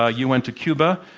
ah you went to cuba,